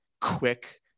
quick